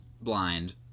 blind